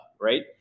right